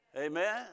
Amen